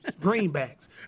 greenbacks